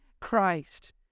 Christ